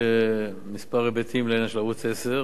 אדוני היושב-ראש,